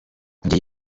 ngiye